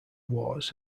wars